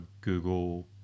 Google –